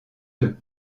deux